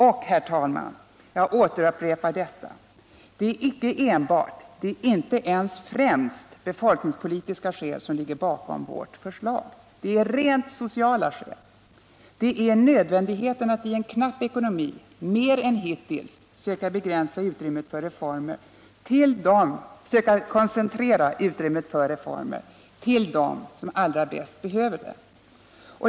Och, herr talman, jag upprepar detta: Det är icke enbart — inte ens främst — befolkningspolitiska skäl som ligger bakom vårt förslag, det är rent sociala skäl. Det är nödvändigheten att i en knapp ekonomi mer än hittills söka koncentrera utrymmet för reformer till dem som allra bäst behöver dem.